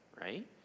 right